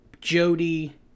Jody